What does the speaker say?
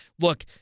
Look